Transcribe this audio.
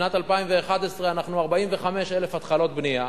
בשנת 2011 אנחנו ב-45,000 התחלות בנייה,